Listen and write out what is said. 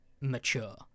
mature